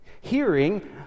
Hearing